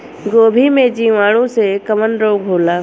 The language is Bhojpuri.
गोभी में जीवाणु से कवन रोग होला?